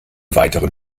weiteren